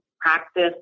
practice